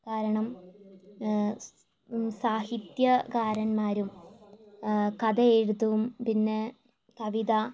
കാരണം സാഹിത്യകാരന്മാരും കഥയെഴുതും പിന്നെ കവിത